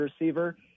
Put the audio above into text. receiver